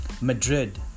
Madrid